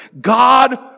God